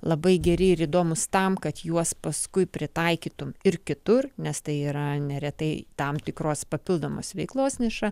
labai geri ir įdomūs tam kad juos paskui pritaikytum ir kitur nes tai yra neretai tam tikros papildomos veiklos niša